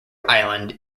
island